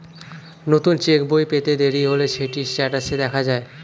নতুন চেক্ বই পেতে দেরি হলে সেটি স্টেটাসে দেখা যায়